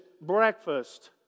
breakfast